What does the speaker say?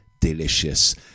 Delicious